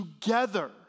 together